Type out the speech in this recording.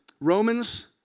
Romans